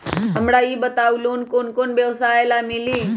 हमरा ई बताऊ लोन कौन कौन व्यवसाय ला मिली?